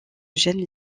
gêne